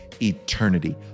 eternity